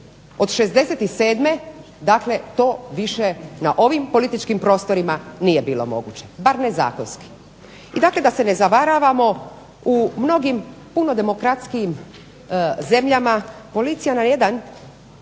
Od 67. to dakle na ovim političkim prostorima nije bilo moguće, bar ne zakonski. I dakle da se ne zavaravamo u mnogim puno demokratskijim zemljama policija na jedan